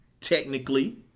technically